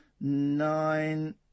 nine